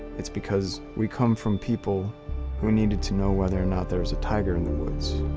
it's because we come from people who needed to know whether or not there was a tiger in the woods.